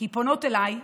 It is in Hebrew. כי פונות אליי,